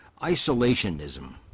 Isolationism